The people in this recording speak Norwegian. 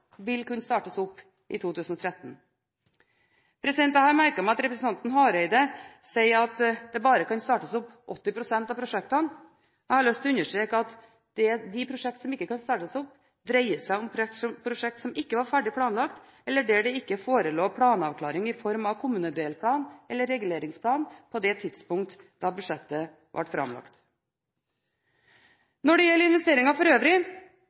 vil kunne startes opp i 2013. Jeg har merket meg at representanten Hareide sier at bare 80 pst. av prosjektene kan startes opp. Jeg har lyst til å understreke at de prosjektene som ikke kan startes opp, dreier seg om prosjekter som ikke var ferdig planlagt eller der det ikke forelå planavklaring i form av kommunedelplan eller reguleringsplan på det tidspunktet da budsjettet ble framlagt. Når det gjelder investeringer for øvrig,